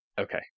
okay